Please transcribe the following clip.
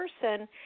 person